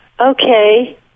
Okay